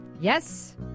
Yes